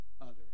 others